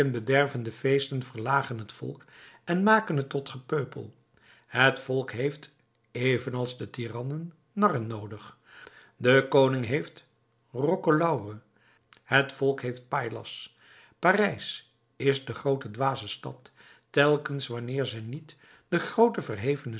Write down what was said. zedenbedervende feesten verlagen het volk en maken het tot gepeupel het volk heeft evenals de tyrannen narren noodig de koning heeft roquelaure het volk heeft paillas parijs is de groote dwaze stad telkens wanneer zij niet de groote verhevene